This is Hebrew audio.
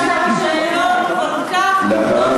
אחריו,